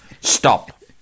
stop